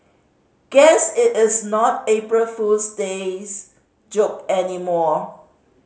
guess it is not April Fool's days joke anymore